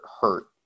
hurt